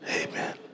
Amen